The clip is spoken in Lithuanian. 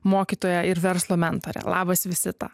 mokytoja ir verslo mentorė labas visita